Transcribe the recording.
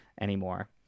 anymore